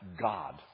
God